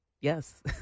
Yes